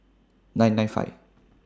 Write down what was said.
nine nine five